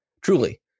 Truly